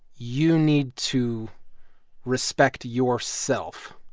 you need to respect yourself.